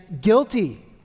guilty